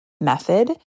method